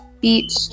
beach